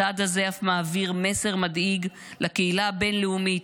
הצעד הזה אף מעביר מסר מדאיג לקהילה הבין-לאומית,